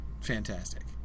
fantastic